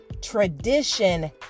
tradition